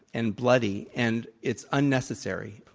and bloody, and it's unnecessary.